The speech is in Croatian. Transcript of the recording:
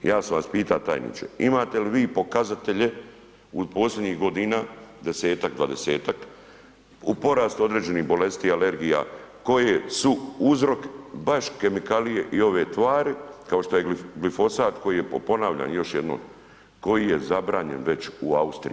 Ja sam vas pitao tajniče, imate li vi pokazatelje u posljednjih godina, 10-tak, 20-tak u porastu određenih bolesti, alergija, koje su uzrok baš kemikalije i ove tvari kao što se glifosat koji je, ponavljam još jednom, koji je zabranjen već u Austriji.